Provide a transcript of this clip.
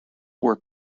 were